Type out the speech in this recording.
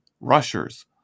rushers